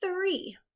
three